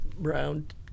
round